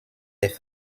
des